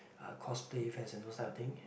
uh cosplay events and those type of thing